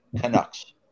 Canucks